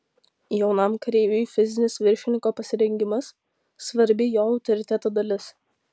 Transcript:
jaunam kareiviui fizinis viršininko pasirengimas svarbi jo autoriteto dalis